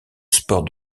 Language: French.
sport